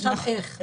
עכשיו השאלה איך.